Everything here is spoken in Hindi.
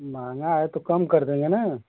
महंगा है तो कम कर देंगे ना